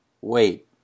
wait